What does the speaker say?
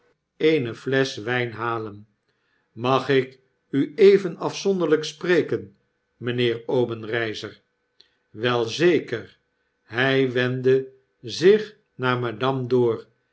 eene flesch wyn halen mag ik u even afzonderlyk spreken mynheer obenreizer wei zeker hy wendde zich naar madame dor